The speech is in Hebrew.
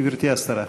גברתי השרה.